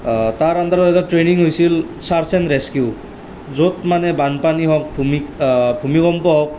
তাৰ আণ্ডাৰত এটা ট্ৰেনিং হৈছিল চাৰ্ছ এণ্ড ৰেষ্কিউ য'ত মানে বানপানী হওক ভূমিকম্প হওক